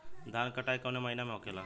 धान क कटाई कवने महीना में होखेला?